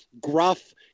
gruff